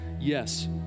Yes